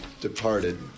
departed